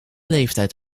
leeftijd